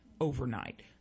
overnight